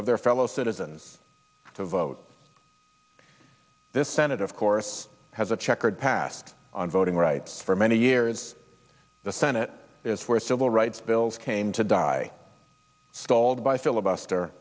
of their fellow citizens to vote this senator of course has a checkered past on voting rights for many years the senate is where civil rights bills came to die stalled by filibuster